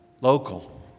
local